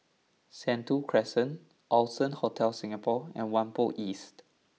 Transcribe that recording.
Sentul Crescent Allson Hotel Singapore and Whampoa East